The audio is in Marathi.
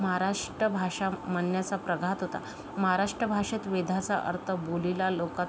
महाराष्ट्र भाषा म्हणण्याचा प्रघात होता महाराष्ट्र भाषेत वेदाचा अर्थ बोलीला लोकात